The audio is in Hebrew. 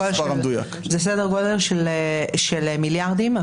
של מיליארדים.